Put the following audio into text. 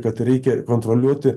kad reikia kontroliuoti